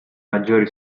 maggiori